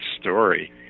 story